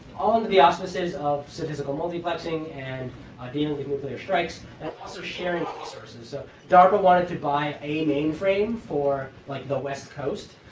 under the auspices of statistical multiplexing and dealing with nuclear strikes and also sharing resources. so darpa wanted to buy a mainframe for like the west coast.